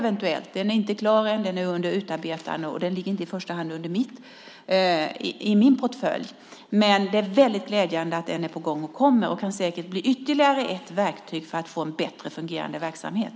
Den är under utarbetande och alltså inte klar ännu, och den ligger inte i första hand i min portfölj. Men det är väldigt glädjande att den är på gång. Den kan säkert bli ytterligare ett verktyg för en bättre fungerande verksamhet.